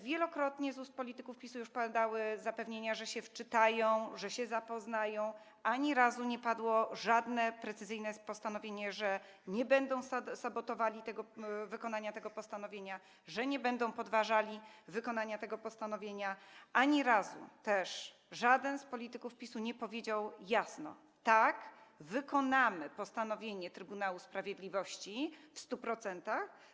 Wielokrotnie z ust polityków PiS-u padały zapewnienia, że się wczytają, że się zapoznają, ani razu nie padło żadne precyzyjne stwierdzenie, że nie będą sabotowali wykonania tego postanowienia, że nie będą podważali wykonania tego postanowienia, ani razu też żaden z polityków PiS-u nie powiedział jasno - tak, wykonamy postanowienie Trybunału Sprawiedliwości w 100%.